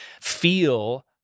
feel